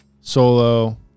Solo